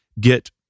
get